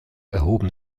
erhoben